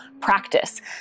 practice